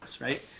right